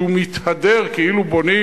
שהוא מתהדר כאילו בונים.